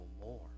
more